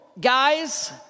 Guys